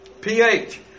pH